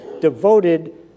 devoted